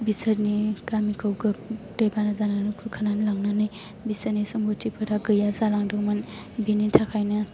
बिसोरनि गामिखौ दै बाना जानानै खुरखानानै लांनानै बिसोरनि सम्फ'थिफोरा गैया जालांदोंमोन बेनि थाखायनो